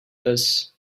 this